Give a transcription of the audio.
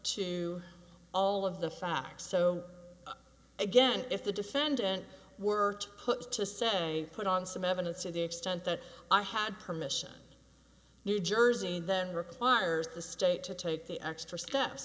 to all of the facts so again if the defendant were to put to say put on some evidence to the extent that i had permission new jersey then requires the state to take the extra st